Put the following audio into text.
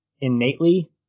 innately